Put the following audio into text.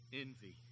envy